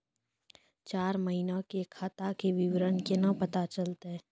चार महिना के खाता के विवरण केना पता चलतै?